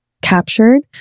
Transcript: captured